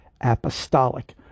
apostolic